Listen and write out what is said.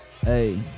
Hey